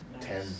Ten